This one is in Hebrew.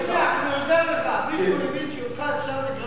מישהו הבין שאותך אפשר לגרות בקלות,